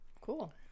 cool